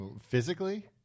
physically